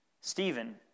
Stephen